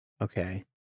Okay